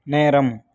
நேரம்